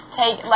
take